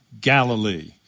Galilee